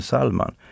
Salman